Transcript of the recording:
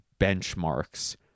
benchmarks